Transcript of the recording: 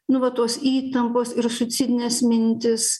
nu va tos įtampos ir suicidinės mintys